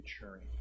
maturing